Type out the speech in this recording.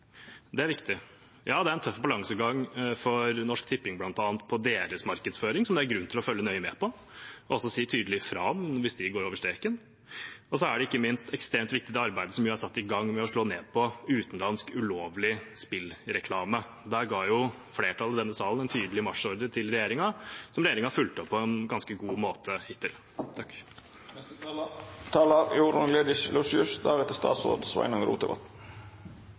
Det er viktig. Det er en tøff balansegang bl.a. for Norsk Tipping i deres markedsføring som det er grunn til å følge nøye med på og si tydelig fra om hvis de går over streken. Så er det, ikke minst, ekstremt viktig det arbeidet vi har satt i gang med å slå ned på utenlandsk, ulovlig spillreklame. Der ga flertallet i denne salen en tydelig marsjordre til regjeringen, som regjeringen har fulgt opp på en ganske god måte hittil.